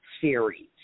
series